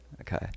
Okay